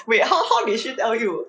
wait how how did she tell you